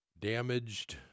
damaged